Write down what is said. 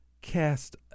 cast